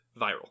viral